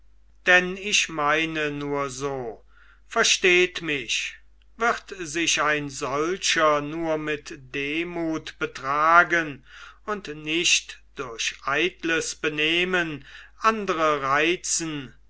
denn ich meine nur so versteht mich wird sich ein solcher nur mit demut betragen und nicht durch eitles benehmen andre reizen